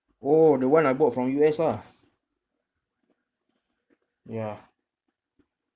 oh the one I bought from U_S lah ya